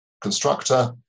constructor